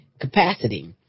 capacity